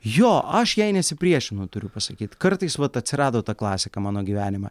jo aš jai nesipriešinu turiu pasakyt kartais vat atsirado ta klasika mano gyvenime